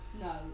No